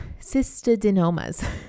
Cystadenomas